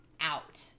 out